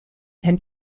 and